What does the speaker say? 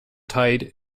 tied